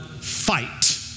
fight